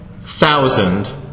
thousand